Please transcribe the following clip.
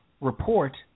report